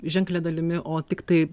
ženklia dalimi o tiktai